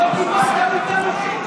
לא קיבלת מאיתנו שום דבר,